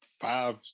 five